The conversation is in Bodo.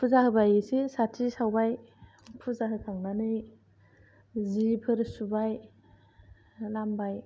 फुजा होबाय एसे साथि सावबाय फुजा होखांनानै जिफोर सुबाय लामबाय